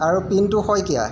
আৰু পিণ্টু শইকীয়া